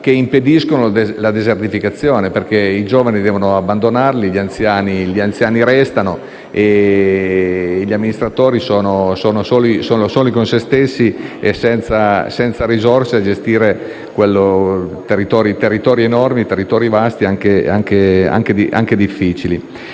che impediscono la desertificazione. Infatti, i giovani li devono abbandonare, gli anziani restano e gli amministratori sono soli con sé stessi e senza risorse a gestire territori enormi, vasti e anche difficili.